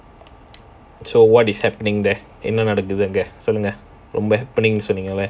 so what is happening there என்ன நடக்குது அங்க:enna nadakkuthu anga